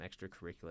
extracurricular